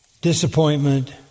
disappointment